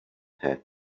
had